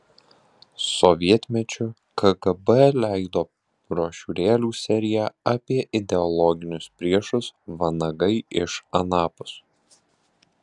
sovietmečiu kgb leido brošiūrėlių seriją apie ideologinius priešus vanagai iš anapus